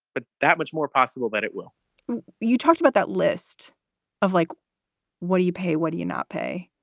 but that much more possible that it will you talked about that list of like what do you pay? what do you not pay?